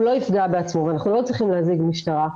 לא יפגע בעצמו ואנחנו לא צריכים להזעיק משטרה,